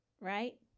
right